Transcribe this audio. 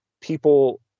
people